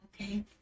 okay